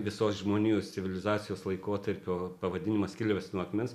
visos žmonijos civilizacijos laikotarpio pavadinimas kilęs nuo akmens